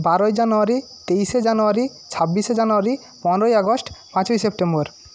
বারোই জানোয়ারি তেইশে জানোয়ারি ছাব্বিশে জানোয়ারি পনেরোই আগস্ট পাঁচই সেপ্টেম্বর